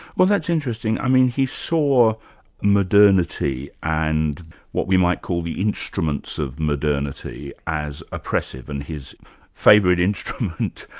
well that's interesting. i mean he saw modernity and what we might call the instruments of modernity as oppressive and his favourite instrument,